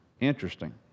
Interesting